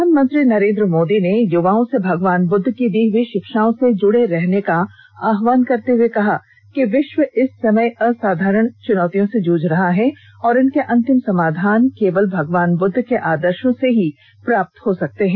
प्रधानमंत्री नरेंद्र मोदी ने युवाओं से भगवान बुद्ध की दी हुई षिक्षाओं से जुड़े रहने का आहवान करते हुए कहा कि विश्व इस समय असाधारण चुर्नीतियों से जूझ रहा है और इनके अंतिम समाधान केवल भगवान बुद्ध के आदर्शों से ही प्राप्त हो सकते हैं